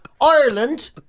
Ireland